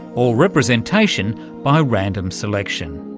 or representation by random selection.